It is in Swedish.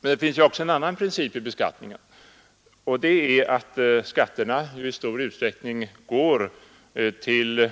Men det finns också en annan princip i beskattningen, nämligen att skatterna i stor utsträckning går till